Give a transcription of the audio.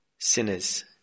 sinners